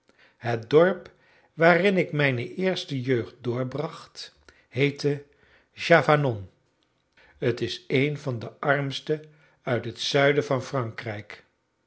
moeder het dorp waarin ik mijne eerste jeugd doorbracht heet chavanon t is een van de armste uit het zuiden van frankrijk